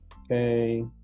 Okay